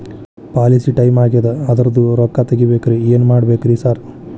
Policy time ಆಗ್ಯಾದ ಅದ್ರದು ರೊಕ್ಕ ತಗಬೇಕ್ರಿ ಏನ್ ಮಾಡ್ಬೇಕ್ ರಿ ಸಾರ್?